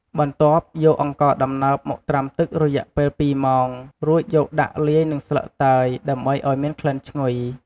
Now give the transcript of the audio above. បន្ទាប់យកអង្ករដំណើបមកត្រាំទឹករយៈពេល២ម៉ោង រួចយកដាក់លាយនឹងស្លឹកតើយ ដើម្បីឱ្យមានក្លិនឈ្ងុយ។